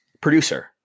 producer